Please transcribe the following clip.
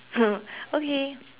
okay